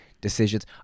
decisions